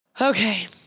Okay